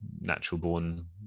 natural-born